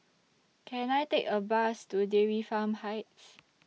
Can I Take A Bus to Dairy Farm Heights